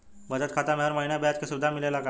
बचत खाता में हर महिना ब्याज के सुविधा मिलेला का?